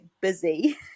busy